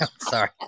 Sorry